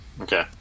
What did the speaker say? Okay